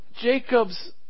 Jacob's